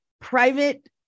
private